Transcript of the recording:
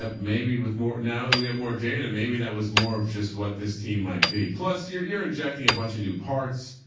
ah maybe with more now that we have more data, maybe that was more of just what this team might be. plus you're, you're injecting a bunch of new parts.